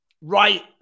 Right